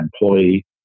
employee